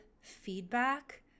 feedback